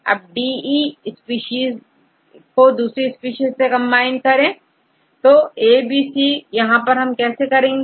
अब DE को दूसरी स्पीशीज से कंबाइन करते हैंA B और C तो इसे कैसे करेंगे